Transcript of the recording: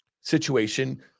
situation